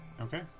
Okay